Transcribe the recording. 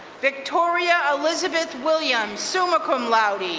victoria elizabeth williams, summa cum laude,